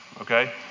okay